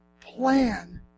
plan